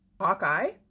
Hawkeye